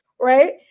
right